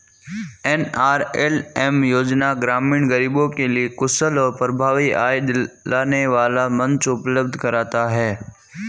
NRLM योजना ग्रामीण गरीबों के लिए कुशल और प्रभावी आय दिलाने वाला मंच उपलब्ध कराता है